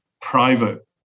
private